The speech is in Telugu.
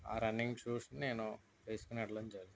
ఆ రన్నింగ్ షూస్ని నేను వేసుకుని వెళ్ళడం జరిగింది